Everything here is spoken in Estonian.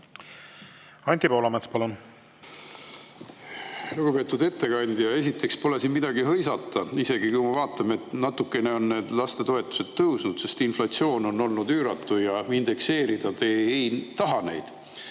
Anti Poolamets, palun! Lugupeetud ettekandja! Esiteks pole siin midagi hõisata, isegi kui me vaatame, et natukene on lastetoetused tõusnud, sest inflatsioon on olnud üüratu ja indekseerida te ei taha neid.